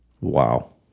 wow